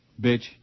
bitch